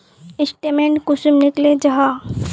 Statement कुंसम निकले जाहा?